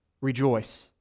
rejoice